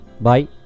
Bye